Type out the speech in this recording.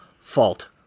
fault